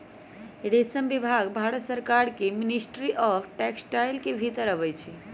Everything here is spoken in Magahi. रेशम विभाग भारत सरकार के मिनिस्ट्री ऑफ टेक्सटाइल के भितर अबई छइ